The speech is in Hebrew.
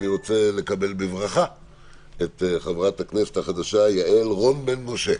אני רוצה לקבל בברכה את חברת הכנסת החדשה יעל רון בן משה.